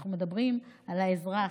אנחנו מדברים על האזרח,